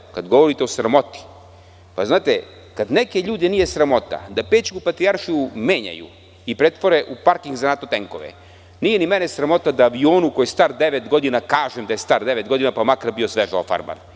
Znate, kada govorite o sramoti, kada neke ljude nije sramota da Pećku patrijaršiju menjaju i pretvore u parking za NATO tenkove, nije ni mene sramota da avionu koji je star devet godina kažem da je star devet godina, pa makar bio sveže ofarban.